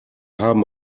haben